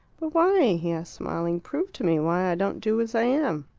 but why? he asked, smiling. prove to me why i don't do as i am.